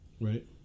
Right